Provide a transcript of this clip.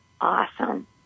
Awesome